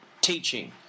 teaching